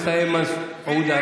חבר הכנסת איימן עודה,